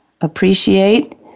appreciate